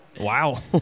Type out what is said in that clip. Wow